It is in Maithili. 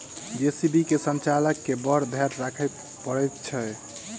जे.सी.बी के संचालक के बड़ धैर्य राखय पड़ैत छै